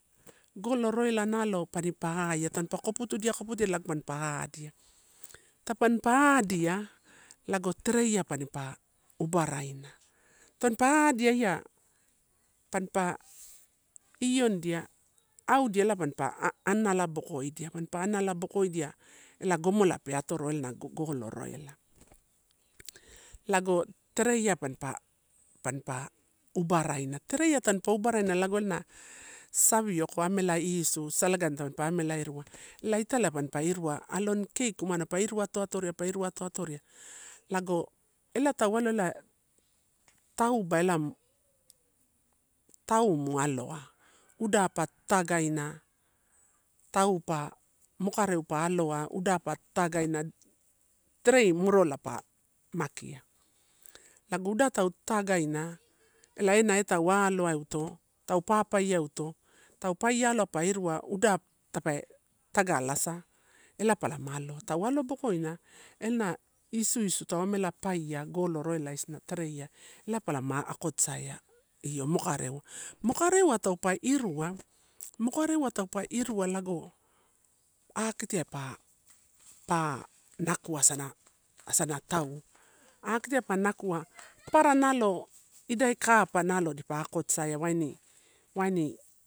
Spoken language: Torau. Golo roila nalo panipa aia, tanpa koputudia, koputudia lago mampa adia. Tampa padia lago tereiai panipa obaraina. Tanpa adia ei a panpa ion dia audia ela panpa anala, panpa anala bokoidia ela gomola pe atorro ela, lago goreiala. Lago tereia panpa, panpa uba raina tereiai tampa uba raina lago ena savioko amela isu salagani tampa amela rua elai italai mampa iru aloni cake umana pa iru atoato ria, pa iru a toato ria. Lago ela tau aloa elae tauba ela, tau mu aloa, udda pa tagaina tau pa mokareu, uda pa tagaina. Tray morola pa makia, lago uda tau tagaina ela en a e tau aloa euto, tau papaiaeuto. Tau pai aloa pa irua, uda tape tagalasa, ela palama aloa tau alo bokoina ena isu isu tau amela paia golo roila isina tereiai ela palama akotosaia io mokareu, mokareu ai taupe irua mokareu ai taupe irua lago akitiai pa pa nakua asana asana tau. Akitiai pa nakua papara nalo idai kapa na akotosaia waini waini.